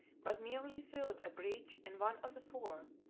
but merely filled a breach in one of the four,